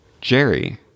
Jerry